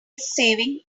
saving